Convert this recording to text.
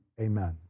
Amen